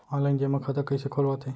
Online जेमा खाता कइसे खोलवाथे?